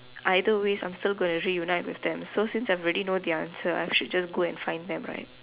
either ways I am still gonna reunite with them so since I have already know the answer I should just go and find them right